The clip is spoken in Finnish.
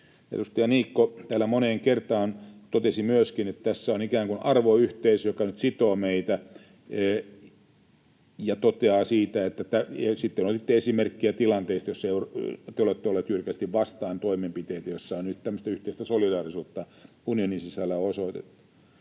Edustaja Niikko täällä moneen kertaan totesi myöskin, että tässä on ikään kuin arvoyhteisö, joka nyt sitoo meitä. Sitten otitte esimerkkejä tilanteista, joissa te olette olleet jyrkästi vastaan toimenpiteitä, joissa on tämmöistä yhteistä solidaarisuutta unionin sisällä osoitettu.